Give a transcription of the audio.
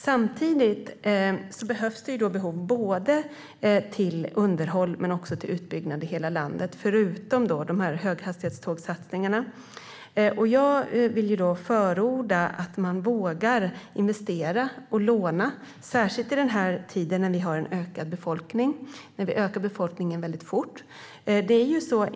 Samtidigt behövs det pengar både till underhåll och till utbyggnad i hela landet, förutom satsningarna på höghastighetståg. Jag vill förorda att våga investera och låna, särskilt i denna tid då befolkningen ökar väldigt fort.